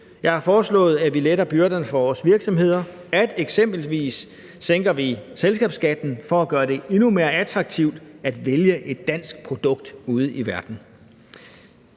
Jeg har foreslået, at vi letter byrderne for vores virksomheder, altså at vi eksempelvis sænker selskabsskatten for at gøre det endnu mere attraktivt at vælge et dansk produkt ude i verden.